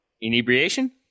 Inebriation